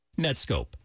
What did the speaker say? Netscope